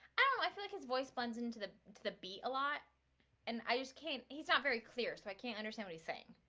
ah i feel like his voice buns into the the beat a lot and i just can't he's not very clear so i can't understand what he's saying